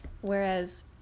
whereas